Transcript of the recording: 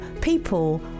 people